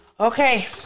Okay